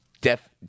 Def –